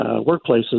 workplaces